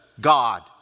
God